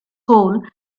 hole